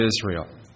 Israel